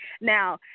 now